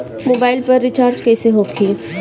Mobile पर recharge कैसे होखी?